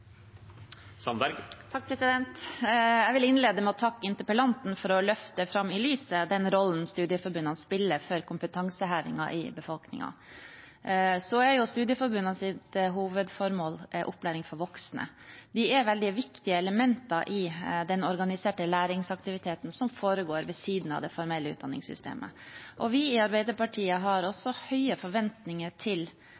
Jeg vil innlede med å takke interpellanten for å løfte fram i lyset den rollen studieforbundene spiller for kompetansehevingen i befolkningen. Studieforbundenes hovedformål er opplæring for voksne. De er veldig viktige elementer i den organiserte læringsaktiviteten som foregår ved siden av det formelle utdanningssystemet. Vi i Arbeiderpartiet har